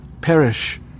Perish